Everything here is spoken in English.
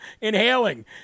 inhaling